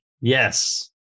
Yes